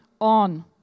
on